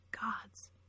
Gods